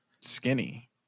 skinny